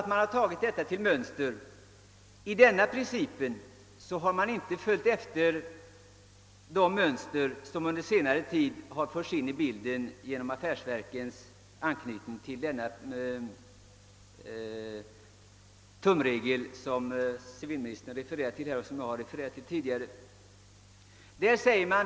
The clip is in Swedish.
Man har emellertid inte anslutit till de mönster som under senare tid uppstått genom affärsverkens anknytning till den tumregel som civilministern hänvisade till och som jag tidigare nämnt.